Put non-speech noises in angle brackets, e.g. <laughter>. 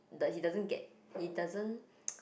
that he doesn't get he doesn't <noise>